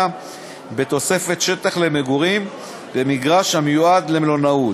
בתוספת שטח למגורים במגרש המיועד למלונאות,